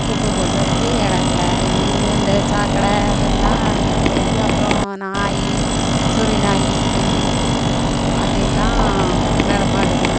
குப்பை போடுறதுக்கே இடம் இல்லை ஊரில் இந்த சாக்கடை அதெல்லாம் கெட்டி கிடக்கு அப்புறம் நாய் சொறி நாய் பன்னி அது எல்லாம் நடமாடுது